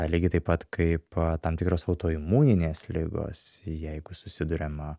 lygiai taip pat kaip tam tikros autoimuninės ligos jeigu susiduriama